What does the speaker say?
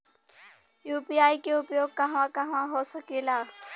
UPI के उपयोग कहवा कहवा हो सकेला?